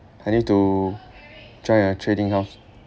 I need to try a trading house